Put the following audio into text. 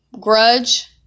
grudge